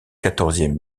quatorzième